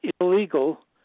illegal